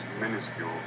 minuscule